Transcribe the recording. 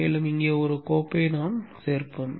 மேலும் ஒரு கோப்பையை நாம் சேர்ப்போம்